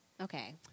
Okay